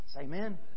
Amen